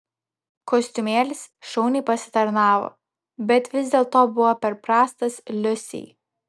kostiumėlis šauniai pasitarnavo bet vis dėlto buvo per prastas liusei